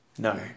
No